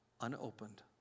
unopened